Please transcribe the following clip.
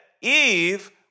Eve